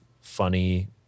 funny